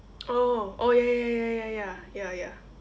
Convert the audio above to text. oh oh ya ya ya ya ya ya